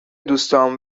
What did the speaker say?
دوستام